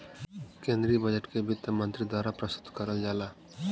केन्द्रीय बजट के वित्त मन्त्री द्वारा प्रस्तुत करल जाला